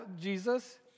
Jesus